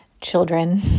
children